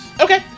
Okay